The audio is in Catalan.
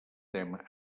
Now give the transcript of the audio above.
tema